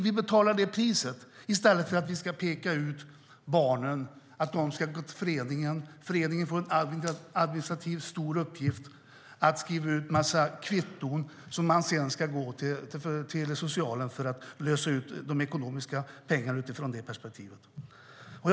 Vi betalar det priset i stället för att peka ut barnen och låta dem gå till föreningen som får en administrativt stor uppgift att skriva ut en massa kvitton som man sedan ska gå till socialen med för att lösa ut pengar.